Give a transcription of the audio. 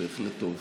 בהחלט טוב.